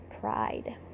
pride